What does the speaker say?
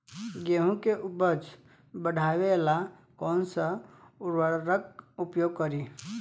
गेहूँ के उपज बढ़ावेला कौन सा उर्वरक उपयोग करीं?